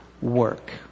work